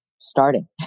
starting